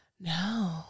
no